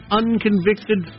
unconvicted